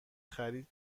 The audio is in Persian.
خرید